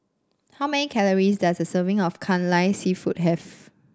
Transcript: how many calories does a serving of Kai Lan seafood have